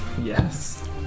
Yes